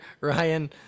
Ryan